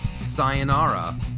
sayonara